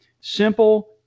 simple